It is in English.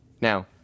Now